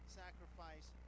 sacrifice